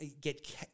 Get